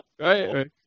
right